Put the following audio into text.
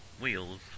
wheels